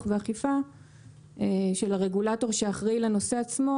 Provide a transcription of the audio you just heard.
ואכיפה של הרגולטור שאחראי לנושא עצמו,